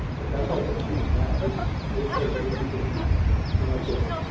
but that's all gonna change now. this workforce agreement that you've come up with.